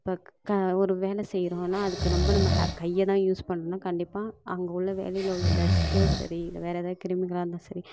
ஒரு வேலை செய்கிறோனா அதுக்கு ரொம்ப நம்ம கையை தான் யூஸ் பண்ணணும் கண்டிப்பாக அங்கே உள்ள வேலையில் உள்ள டஸ்ட்டும் சரி இல்லை வேற ஏதாவது கிருமிகளாக இருந்தாலும் சரி